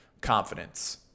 confidence